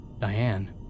Diane